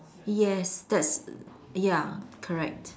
yes that's ya correct